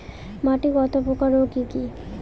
মাটি কত প্রকার ও কি কি?